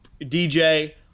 dj